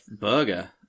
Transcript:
burger